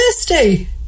thirsty